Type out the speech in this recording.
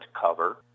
cover